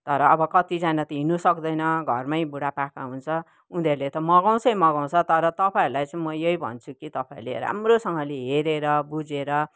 तर अब कतिजना त हिँड्नु सक्दैन घरमै बुडापाका हुन्छ उनीहरूले त मगाउँछै मगाउँछ तर तपाईँहरूलाई चाहिँ म यही भन्छु कि तपाईँहरूले राम्रोसँगले हेरेर बुझेर